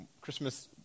Christmas